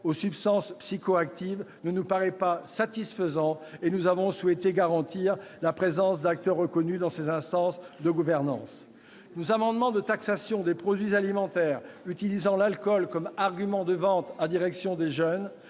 aux substances psychoactives ne nous paraît pas satisfaisant, et nous avons souhaité garantir la présence d'acteurs reconnus dans ses instances de gouvernance. Nos amendements visant à la taxation des produits alimentaires utilisant l'alcool comme argument de vente à destination des jeunes